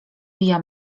via